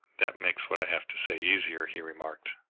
that makes what i have to say easier, he remarked.